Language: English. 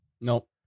Nope